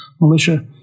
Militia